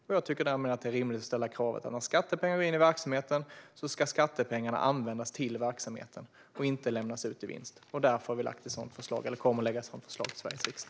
Det är därför rimligt att ställa kravet att när skattepengar går in i verksamheten ska skattepengarna användas till verksamheten och inte lämnas ut i vinst. Av den anledningen kommer vi att lägga fram ett sådant förslag till Sveriges riksdag.